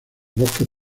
bosques